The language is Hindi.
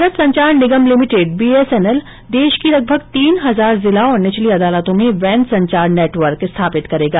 Bharat Sanchar Nigam limited B S N L देश की लगभग तीन हजार जिला और निचली अदालतों में वैन संचार नेटवर्क स्थापित करेगा